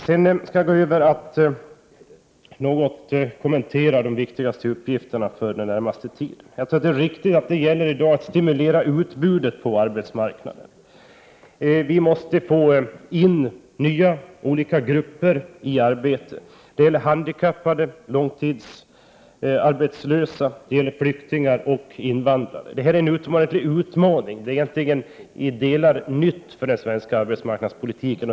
Jag skall nu gå över till att något kommentera de viktigaste uppgifterna för den närmaste tiden. Jag tror att det är riktigt, som sagts, att det i dag gäller att stimulera utbudet på arbetsmarknaden. Vi måste få in olika nya grupper i arbete, som handikappade, långtidsarbetslösa, flyktingar och invandrare. Det här är en utomordentlig utmaning och egentligen till vissa delar nytt i den svenska arbetsmarknadspolitiken.